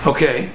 Okay